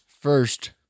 first